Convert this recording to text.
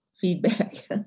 feedback